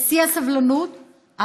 שבשיא הסבלנות,